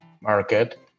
market